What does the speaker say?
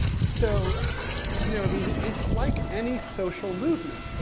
so you know, i mean, it's like any social movement.